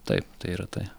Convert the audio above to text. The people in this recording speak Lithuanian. taip tai yra tai